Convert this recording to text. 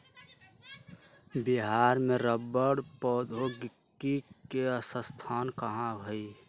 बिहार में रबड़ प्रौद्योगिकी के संस्थान कहाँ हई?